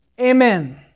Amen